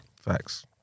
facts